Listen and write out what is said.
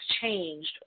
changed